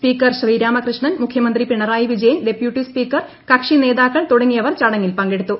speaker Sreeramakrishnan മുഖ്യമന്ത്രി Pinarayi Vijayan deputy speaker കക്ഷിനേതാക്കൾ തുടങ്ങിയവർ ചടങ്ങിൽ പങ്കെടുത്തു